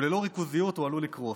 וללא ריכוזיות הוא עלול לקרוס,